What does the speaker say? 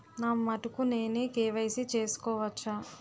నా మటుకు నేనే కే.వై.సీ చేసుకోవచ్చా?